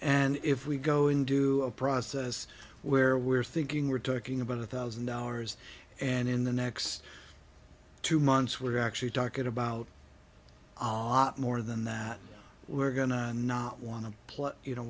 and if we go and do a process where we're thinking we're talking about a thousand dollars and in the next two months we're actually talking about ott more than that we're going to not want to play you know